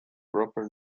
proper